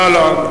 לא, לא.